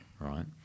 right